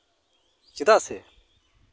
ᱪᱮᱫᱟᱜ ᱥᱮ